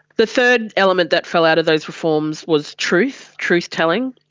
the third element that fell out of those reforms was truth, truth-telling.